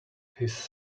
his